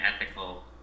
ethical